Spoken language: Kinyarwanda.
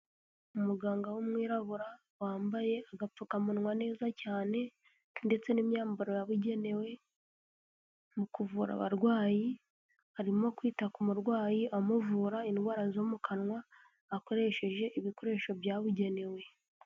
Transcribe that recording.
Umuganga w'umwirabura wambaye agapfukamunwa neza cyane ndetse n'imyambaro yabugenewe, mu kuvura abarwayi arimo kwita ku murwayi amuvura indwara zo mu kanwa akoresheje ibikoresho byabugenewe.